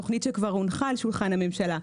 תוכנית שכבר הונחה על שולחן הממשלה,